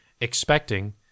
expecting